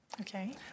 Okay